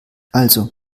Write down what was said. also